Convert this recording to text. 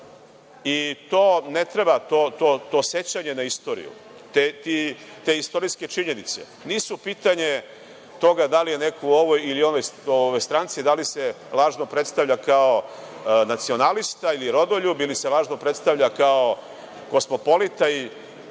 i ne treba to sećanje na istoriju. Te istorijske činjenice nisu pitanje toga da li je neko u ovoj ili onoj stranci, da li se lažno predstavlja kao nacionalista ili rodoljub ili se lažno predstavlja kao kosmopolita ili